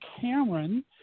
Cameron